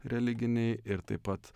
religiniai ir taip pat